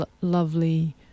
lovely